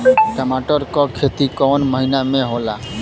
मटर क खेती कवन महिना मे होला?